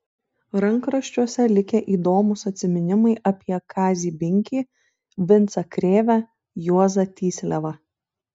rankraščiuose likę įdomūs atsiminimai apie kazį binkį vincą krėvę juozą tysliavą